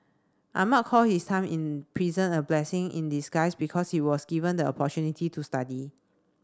Ahmad call his time in prison a blessing in disguise because he was given the opportunity to study